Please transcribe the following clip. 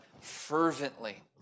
fervently